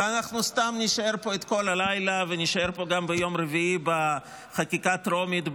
אנחנו סתם נשאר פה את כל הלילה ונשאר פה גם ביום רביעי בחקיקה הטרומית,